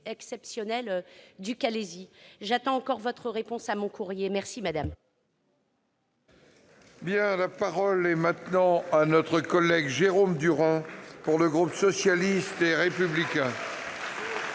exceptionnel du Calaisis. J'attends encore votre réponse à mon courrier. La parole